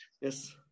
yes